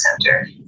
center